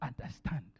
understand